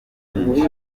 nyinshi